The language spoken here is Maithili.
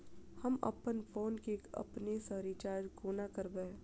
हम अप्पन फोन केँ अपने सँ रिचार्ज कोना करबै?